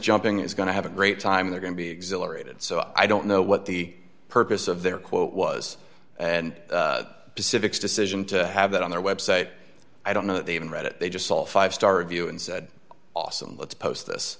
jumping is going to have a great time they're going to be exhilarated so i don't know what the purpose of their quote was and pacific's decision to have that on their website i don't know that they even read it they just saw five star review and said awesome let's post